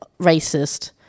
racist